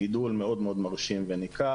גידול מאוד מרשים וניכר,